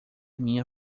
minha